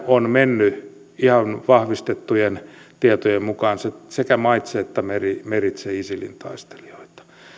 on mennyt ihan vahvistettujen tietojen mukaan sekä maitse että meritse isilin taistelijoita